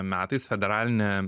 metais federalinė